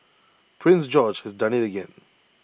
prince George has done IT again